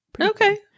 Okay